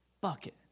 bucket